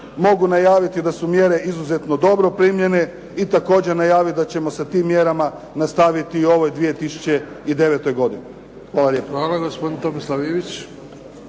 Mogu najaviti da su mjere izuzetno dobro primljene i također najaviti da ćemo sa tim mjerama nastaviti i u ovoj 2009. godini. Hvala lijepa. **Bebić,